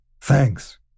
Thanks